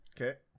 Okay